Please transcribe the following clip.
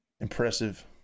impressive